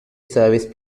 service